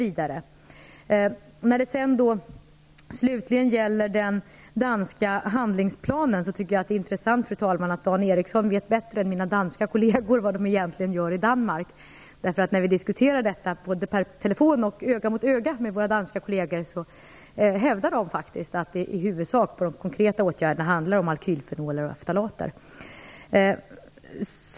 Slutligen, fru talman, när det gäller den danska handlingsplanen: Det är intressant att Dan Ericsson vet mera än mina danska kolleger om vad man egentligen gör i Danmark. När vi diskuterar dessa saker med våra danska kolleger, och det sker både per telefon och öga mot öga, hävdar de faktiskt att de konkreta åtgärderna i huvudsak handlar om alkylfenoler och ftalater.